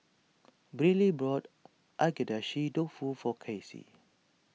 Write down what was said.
Briley bought Agedashi Dofu for Kasie